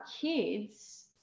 kids